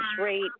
rate